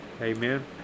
Amen